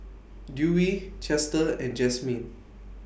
Dewey Chester and Jazmin